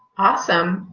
awesome,